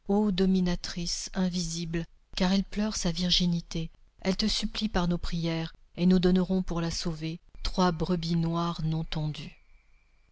dominatrice invisible car elle pleure sa virginité elle te supplie par nos prières et nous donnerons pour la sauver trois brebis noires non tondues